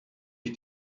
ich